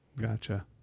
Gotcha